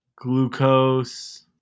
Glucose